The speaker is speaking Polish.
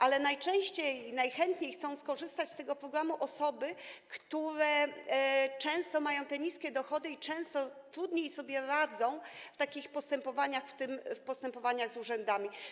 Ale najczęściej, najchętniej chcą skorzystać z tego programu osoby, które często mają niskie dochody i często trudniej sobie radzą w takich postępowaniach, w tym w postępowaniach w urzędach.